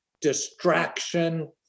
distraction